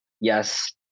yes